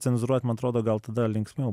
cenzūruot man atrodo gal tada linksmiau